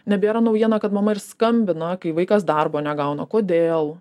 nebėra naujiena kad mama ir skambina kai vaikas darbo negauna kodėl